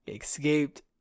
escaped